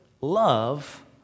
love